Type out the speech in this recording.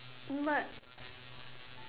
but